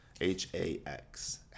H-A-X